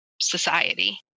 society